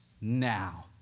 now